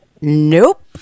Nope